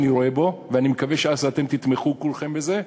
ואני מקווה שאתם כולכם תתמכו בזה,